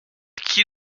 qui